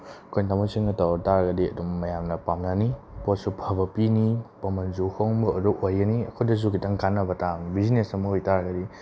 ꯑꯩꯈꯣꯏꯅ ꯊꯝꯃꯣꯏ ꯁꯦꯡꯅ ꯇꯧꯇꯥꯔꯒꯗꯤ ꯑꯗꯨꯝ ꯃꯌꯥꯝꯅ ꯄꯥꯝꯅꯅꯤ ꯄꯣꯠꯁꯨ ꯐꯕ ꯄꯤꯅꯤ ꯃꯃꯜꯁꯨ ꯍꯣꯡꯕ ꯑꯗꯨ ꯑꯣꯏꯒꯅꯤ ꯑꯩꯈꯣꯏꯗꯁꯨ ꯈꯤꯇꯪ ꯀꯥꯟꯅꯕ ꯇꯥꯕꯅꯤ ꯕꯤꯖꯤꯅꯦꯁ ꯑꯃ ꯑꯣꯏꯇꯥꯥꯔꯒꯗꯤ